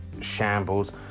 shambles